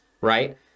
right